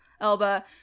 Elba